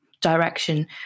direction